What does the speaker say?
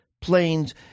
planes